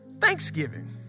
thanksgiving